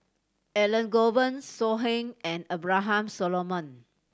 Elangovan So Heng and Abraham Solomon